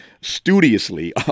studiously